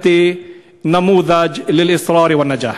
את דוגמה לנחישות ולהצלחה.)